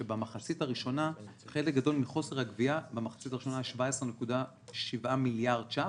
בגלל שבמחצית הראשונה חלק גדול מחוסר הגבייה היה 17.7 מיליארד שקלים,